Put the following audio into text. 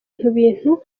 ibintu